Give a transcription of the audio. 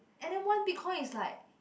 and then one Bitcoin is like